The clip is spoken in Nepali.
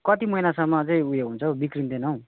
कति महिनासम्म चाहिँ ऊ यो हुन्छ हौ बिग्रिँदैन हौ